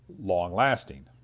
long-lasting